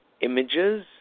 images